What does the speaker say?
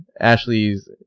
Ashley's